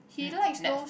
he don't like those